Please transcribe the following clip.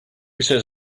says